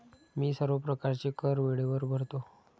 मी सर्व प्रकारचे कर वेळेवर भरतो